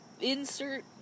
insert